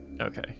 Okay